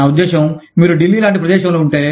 నా ఉద్దేశ్యం మీరు డిల్లీ లాంటి ప్రదేశంలో ఉంటే